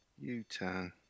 U-turn